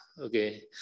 Okay